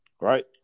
right